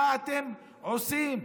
מה אתם עושים,